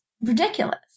ridiculous